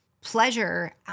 pleasure